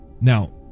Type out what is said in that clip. Now